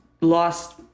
lost